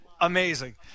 amazing